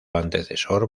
antecesor